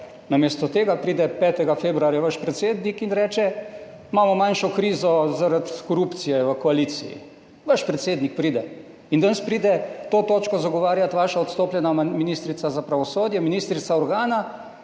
Namesto tega pride 5. februarja vaš predsednik in reče, imamo manjšo krizo zaradi korupcije v koaliciji. Vaš predsednik pride. In danes pride to točko zagovarjati, vaša odstopljena ministrica za pravosodje, ministrica organa,